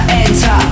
enter